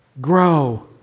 Grow